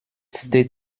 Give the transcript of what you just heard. steht